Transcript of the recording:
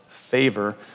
favor